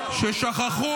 זה שקר.